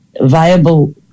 viable